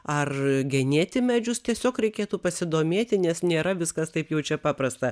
ar genėti medžius tiesiog reikėtų pasidomėti nes nėra viskas taip jau čia paprasta